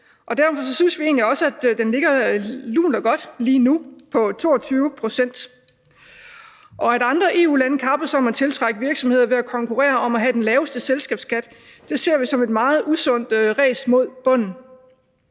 og derfor synes vi egentlig også, at den lige nu ligger lunt og godt på 22 pct. Og at andre EU-lande kappes om at tiltrække virksomheder ved at konkurrere om at have den laveste selskabsskat, ser vi som et meget usundt ræs mod bunden.